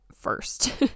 first